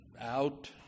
out